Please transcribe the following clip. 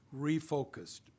refocused